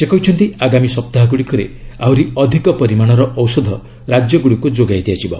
ସେ କହିଛନ୍ତି ଆଗାମୀ ସପ୍ତାହ ଗୁଡ଼ିକରେ ଆହୁରି ଅଧିକ ପରିମାଣର ଔଷଧ ରାଜ୍ୟ ଗୁଡ଼ିକୁ ଯୋଗାଇ ଦିଆଯିବ